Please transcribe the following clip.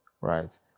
right